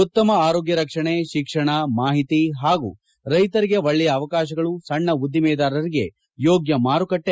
ಉತ್ತಮ ಆರೋಗ್ಯ ರಕ್ಷಣೆ ಶಿಕ್ಷಣ ಮಾಹಿತಿ ಹಾಗೂ ರೈತರಿಗೆ ಒಳ್ಳೆಯ ಅವಕಾಶಗಳು ಸಣ್ಣ ಉದ್ದಿಮೆದಾರರಿಗೆ ಯೋಗ್ಯ ಮಾರುಕಟ್ಟೆ